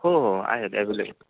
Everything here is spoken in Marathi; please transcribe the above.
हो हो आहेत ॲवेलेबल